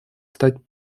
стать